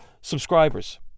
subscribers